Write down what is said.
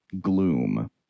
Gloom